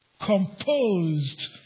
composed